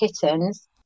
kittens